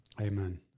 Amen